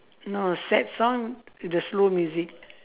no sad song the slow music